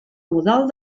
modal